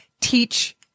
teach